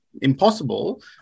impossible